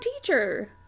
teacher